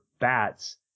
bats